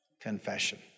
Confession